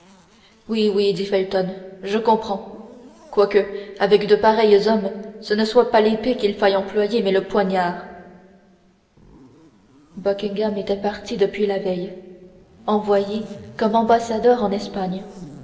oui oui dit felton je comprends quoique avec de pareils hommes ce ne soit pas l'épée qu'il faille employer mais le poignard buckingham était parti depuis la veille envoyé comme ambassadeur en espagne